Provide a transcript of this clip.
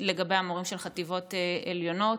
לגבי המורים של חטיבות עליונות,